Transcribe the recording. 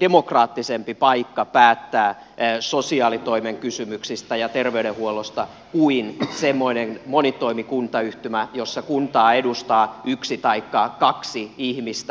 demokraattisempi paikka päättää sosiaalitoimen kysymyksistä ja terveydenhuollosta kuin semmoinen monitoimikuntayhtymä jossa kuntaa edustaa yksi taikka kaksi ihmistä